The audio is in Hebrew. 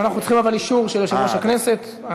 אנחנו צריכים אישור של יושב-ראש הכנסת.